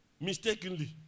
Mistakenly